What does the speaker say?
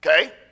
Okay